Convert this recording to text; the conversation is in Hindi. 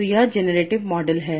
तो यह जेनरेटिव मॉडल है